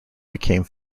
became